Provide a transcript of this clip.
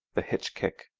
the hitch kick,